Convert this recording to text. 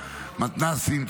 מתנ"סים,